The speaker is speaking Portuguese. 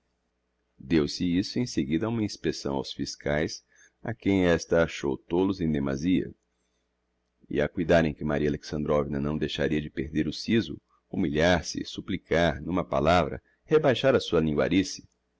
posição deu-se isso em seguida a uma inspecção aos fiscaes a quem esta achou tolos em demasia e a cuidarem que maria alexandrovna não deixaria de perder o sizo humilhar-se supplicar n'uma palavra rebaixar a sua